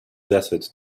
desert